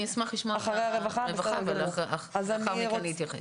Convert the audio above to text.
אני אשמח לשמוע את הרווחה ולאחר מכן להתייחס.